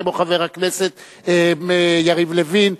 כמו חבר הכנסת יריב לוין,